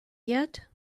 yet